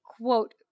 quote